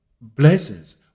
blessings